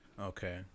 Okay